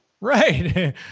Right